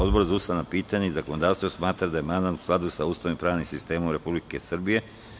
Odbor za ustavna pitanja i zakonodavstvo smatra da je amandman u skladu sa Ustavom i pravnim sistemom Republike Srbije.